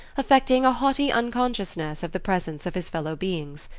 affecting a haughty unconsciousness of the presence of his fellow-beings.